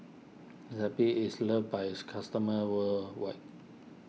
Zappy is loved by its customers worldwide